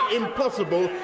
impossible